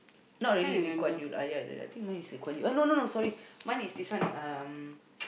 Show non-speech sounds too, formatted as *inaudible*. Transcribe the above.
not really Lee Kuan Yew lah ah ya ya I think mine is Lee Kuan Yew ah no no no sorry mine is this one um *noise*